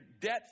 debt